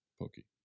Pokey